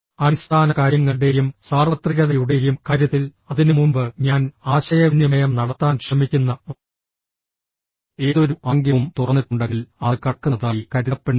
അടിസ്ഥാനകാര്യങ്ങളുടെയും സാർവത്രികതയുടെയും കാര്യത്തിൽ അതിനുമുമ്പ് ഞാൻ ആശയവിനിമയം നടത്താൻ ശ്രമിക്കുന്ന ഏതൊരു ആംഗ്യവും തുറന്നിട്ടുണ്ടെങ്കിൽ അത് കടക്കുന്നതായി കരുതപ്പെടുന്നില്ല